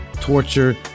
torture